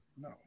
No